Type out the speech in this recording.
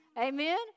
Amen